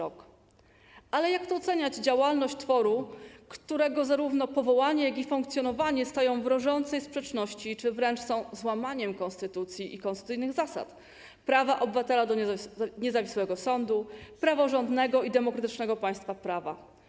Ale jak tu oceniać działalność tworu, którego zarówno powołanie, jak i funkcjonowanie stają w rażącej sprzeczności z konstytucją czy wręcz są złamaniem konstytucji i konstytucyjnych zasad: prawa obywatela do niezawisłego sądu, praworządnego i demokratycznego państwa prawa.